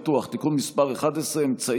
אוסיף כמובן את הקולות של מי שנמצא